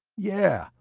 yeah,